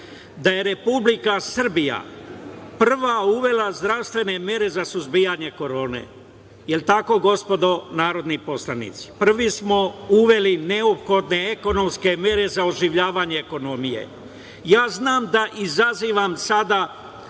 da je Republika Srbija prva uvela zdravstvene mere za suzbijanje korone. Je li tako, gospodo narodni poslanici? Prvi smo uveli neophodne ekonomske mere za oživljavanje ekonomije. Znam da izazivam sada